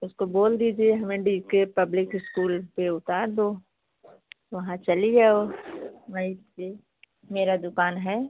उसको बोल दीजिए हमें डी के पब्लिक इस्कूल पर उतार दो वहाँ चली जाओ वहीं से मेरा दुकान है